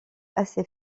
assez